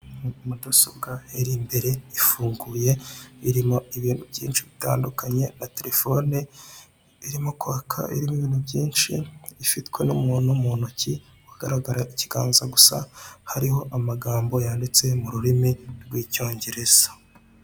Mudasobwa iri imbere ifunguye irimo ibintu byinshi bitandukanye na telefone irimo kwaka irimo ibintu byinshi, ifitwe n'umuntu mu ntoki ugaragara ikiganza gusa hariho amagambo yanditse mu rurimi rw'icyongereza.